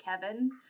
Kevin